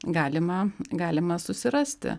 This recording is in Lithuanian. galima galima susirasti